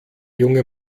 junge